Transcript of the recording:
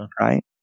right